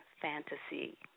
fantasy